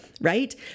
right